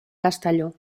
castelló